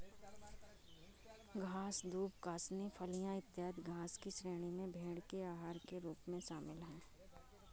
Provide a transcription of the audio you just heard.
घास, दूब, कासनी, फलियाँ, इत्यादि घास की श्रेणी में भेंड़ के आहार के रूप में शामिल है